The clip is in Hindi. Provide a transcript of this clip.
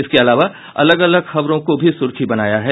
इसके अलावा अलग अलग खबरों को भी सुर्खी बनाया है